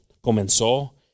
comenzó